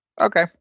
Okay